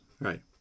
Right